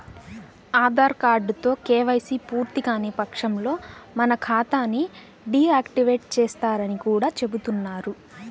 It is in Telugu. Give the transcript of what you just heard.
ఆధార్ కార్డుతో కేవైసీ పూర్తికాని పక్షంలో మన ఖాతా ని డీ యాక్టివేట్ చేస్తారని కూడా చెబుతున్నారు